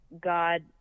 God